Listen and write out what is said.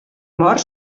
mort